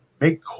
make